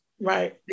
Right